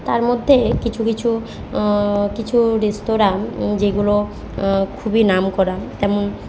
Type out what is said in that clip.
তার মধ্যে কিছু কিছু কিছু রেস্তরাঁ যেগুলো খুবই নামকরা তেমন